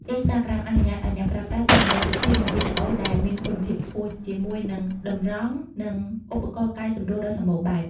អុីនស្តាក្រាម អនុញ្ញាតឱ្យអ្នកប្រើប្រាស់ចែករំលែករូបភាព និងវីដេអូដែលមានគុណភាពខ្ពស់ ជាមួយនឹងតម្រង និងឧបករណ៍កែសម្រួលដ៏សម្បូរបែប។